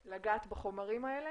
זה.